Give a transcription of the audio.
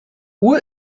uhr